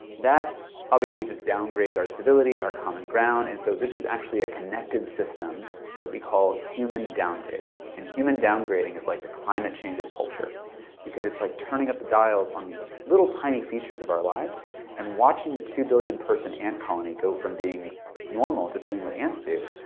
that obviously just downgrades our civility, our common ground and so this is actually a connected system that we call human downgrading. and human downgrading is like the climate change of culture because it's like turning up the dials on these little tiny features of our lives and watching the two billion person ant colony go from being normal, just doing what ants do,